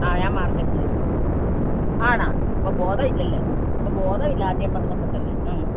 ആ ഞാൻ മാർക്കറ്റിലെ ആണാ അപ്പം ബോധവിലല്ലേ അപ്പം ബോധവില്ല ആദ്യം പറഞ്ഞപ്പത്തന്നെ ഹ്